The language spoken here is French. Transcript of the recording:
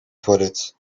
toilette